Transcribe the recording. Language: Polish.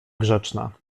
grzeczna